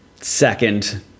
second